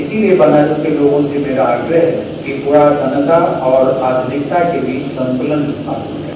इसलिए बनारस के लोगों से मेरा आग्रह है कि पुरातनता और आधुनिकता के बीच संतुलन स्थापित करें